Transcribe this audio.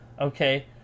okay